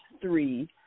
three